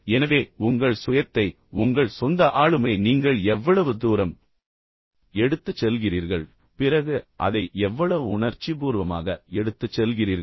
எனவே உங்கள் சுயத்தை உங்கள் சொந்த ஆளுமையை நீங்கள் எவ்வளவு தூரம் எடுத்துச் செல்கிறீர்கள் பிறகு அதை எவ்வளவு உணர்ச்சிபூர்வமாக எடுத்துச் செல்கிறீர்கள்